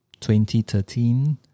2013